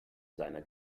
seiner